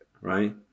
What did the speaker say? right